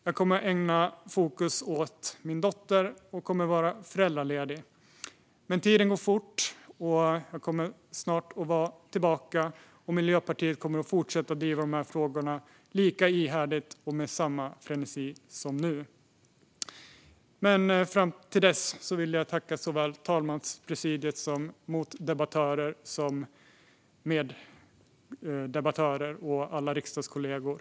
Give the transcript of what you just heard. Jag kommer att vara föräldraledig och lägga fokus på min dotter. Men tiden går fort, och jag kommer snart att vara tillbaka. Miljöpartiet kommer att fortsätta att driva de här frågorna lika ihärdigt och med samma frenesi som nu. Fram till dess vill jag tacka såväl talmanspresidiet som mot och meddebattörer och alla riksdagskollegor.